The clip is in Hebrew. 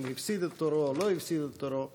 אם הפסיד את תורו או לא הפסיד את תורו.